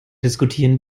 diskutieren